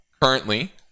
currently